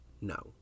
no